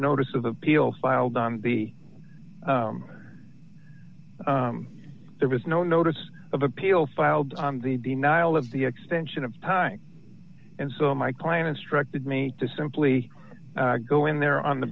notice of the peel filed on the other there was no notice of appeal filed on the denial of the extension of time and so my client instructed me to simply go in there on the